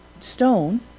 stone